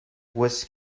was